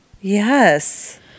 Yes